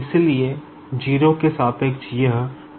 इसलिए 0 के सापेक्ष यह T i है